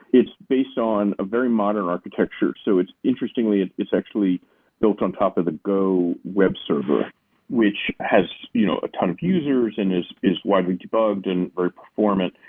it's based on a very modern architecture, so it's interestingly it's actually built on top of the go webserver which has you know a ton of users and is is widely debugged and very performant.